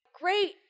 Great